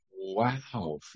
Wow